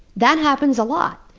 that happens a lot,